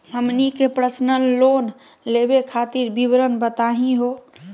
हमनी के personal loan लेवे खातीर विवरण बताही हो?